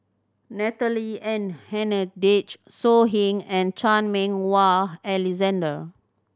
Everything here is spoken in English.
Natalie and Hennedige So Heng and Chan Meng Wah Alexander